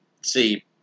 see